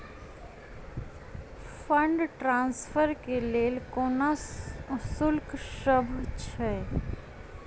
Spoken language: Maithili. फंड ट्रान्सफर केँ लेल कोनो शुल्कसभ छै?